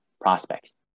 prospects